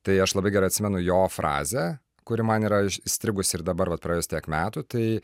tai aš labai gerai atsimenu jo frazę kuri man yra įstrigusi ir dabar vat praėjus tiek metų tai